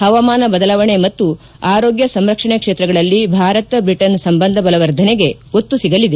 ಹವಾಮಾನ ಬದಲಾವಣೆ ಮತ್ತು ಆರೋಗ್ಯ ಸಂರಕ್ಷಣೆ ಕ್ಷೇತ್ರಗಳಲ್ಲಿ ಭಾರತ ಬ್ರಿಟನ್ ಸಂಬಂಧ ಬಲವರ್ಧನೆಗೆ ಒತ್ತು ಸಿಗಲಿದೆ